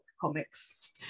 comics